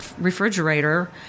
refrigerator